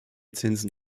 zinsen